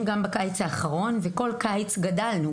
בכל קיץ גדלנו,